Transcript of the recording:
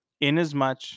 Inasmuch